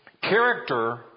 Character